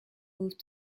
moved